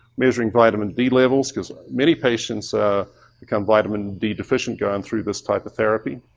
measuring vitamin d levels because many patients ah become vitamin d deficient going through this type of therapy.